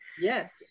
Yes